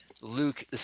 Luke